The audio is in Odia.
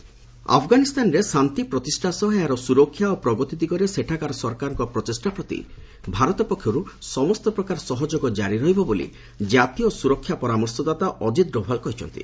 ଇଣ୍ଡିଆ ଆଫଗାନିସ୍ତାନ ଆଫଗାନିସ୍ତାନରେ ଶାନ୍ତି ପ୍ରତିଷ୍ଠା ସହ ଏହାର ସୁରକ୍ଷା ଓ ପ୍ରଗତି ଦିଗରେ ସେଠାକାର ସରକାରଙ୍କ ପ୍ରଚେଷ୍ଟା ପ୍ରତି ଭାରତ ପକ୍ଷରୁ ସମସ୍ତ ପ୍ରକାର ସହଯୋଗ କାରି ରହିବ ବୋଲି କାତୀୟ ସୁରକ୍ଷା ପରାମର୍ଶଦାତା ଅଜିତ୍ ଡୋଭାଲ୍ କହିଛନ୍ତି